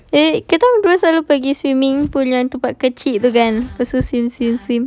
ya ya begitu kita selalu pergi swimming tu dalam pond kecil itu kan lepas tu swim swim swim